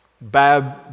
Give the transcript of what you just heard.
Bab